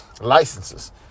licenses